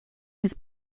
his